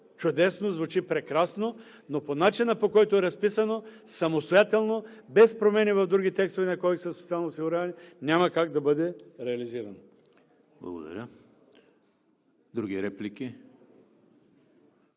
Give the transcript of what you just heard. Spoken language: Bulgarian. чудесно, звучи прекрасно, но по начина, по който е разписано, самостоятелно, без промени в други текстове на Кодекса за социално осигуряване, няма как да бъде реализирано. ПРЕДСЕДАТЕЛ